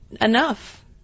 enough